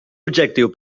objectiu